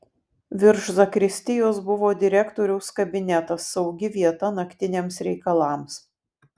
virš zakristijos buvo direktoriaus kabinetas saugi vieta naktiniams reikalams